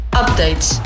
updates